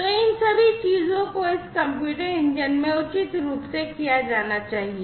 तो इन सभी चीजों को इस कम्प्यूट इंजन में उचित रूप से किया जाना चाहिए